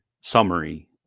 summary